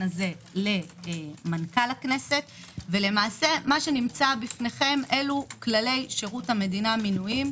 זה למנכ"ל הכנסת ומה שנמצא בפניכם אלו כללי שירות המדינה מינויים,